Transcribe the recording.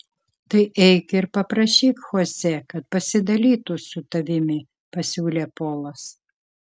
tai eik ir paprašyk chosė kad pasidalytų su tavimi pasiūlė polas